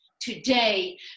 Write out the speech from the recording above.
today